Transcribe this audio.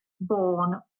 born